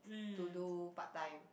to do part time